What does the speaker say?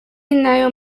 nayo